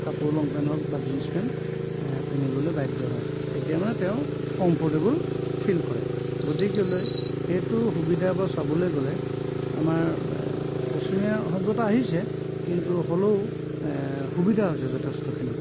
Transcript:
কাপোৰ long pant হওক বা জিঞ্চ পেন পিন্ধিবলৈ বাধ্য হয় তেতিয়া মানে তেওঁ কমফৰ্টেবুল ফিল কৰে গতিকে লৈ সেইটো সুবিধাৰপৰা চাবলৈ গ'লে আমাৰ পশ্চিমীয়া সভ্যতা আহিছে কিন্তু হ'লও সুবিধা হৈছে যথেষ্টখিনি